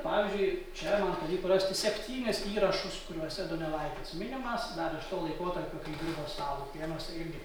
pavyzdžiui čia man pavyko rasti septynis įrašus kuriuose donelaitis minimas dar iš to laikotarpio kai dirbo stalupėnuose irgi